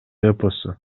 эпосу